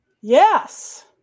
Yes